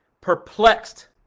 perplexed